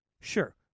sure